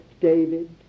David